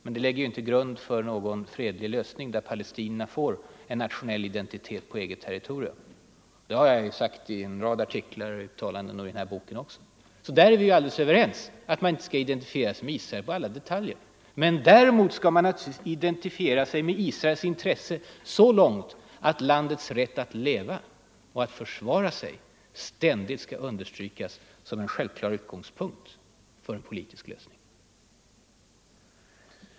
Men det lägger ju inte grunden till en fredlig lösning där palestinierna får nationellt självbestämmande på eget territorium. Det har jag sagt i en rad artiklar och uttalanden och i den här boken också. Så vi är alltså alldeles överens om att man inte skall ”identifiera sig” med Israel i alla detaljer. Däremot skall man naturligtvis identifiera sig med Israels intresse så långt att landets rätt att leva och försvara sig ständigt skall understrykas som en självklar utgångspunkt för en politisk lösning.